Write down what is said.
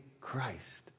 Christ